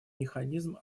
механизм